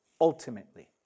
ultimately